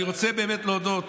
אני רוצה באמת להודות